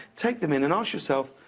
take them in and ask yourself,